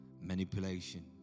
manipulation